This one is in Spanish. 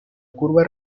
curva